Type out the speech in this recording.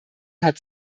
hat